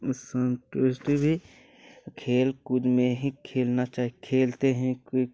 संतुष्टि भी खेलकूद में ही खेलना चा खेलते हैं कोई